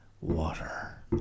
water